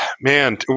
man